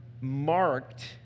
marked